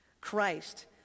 Christ